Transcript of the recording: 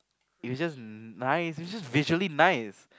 it was just nice it was just visually nice